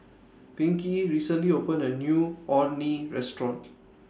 Pinkey recently opened A New Orh Nee Restaurant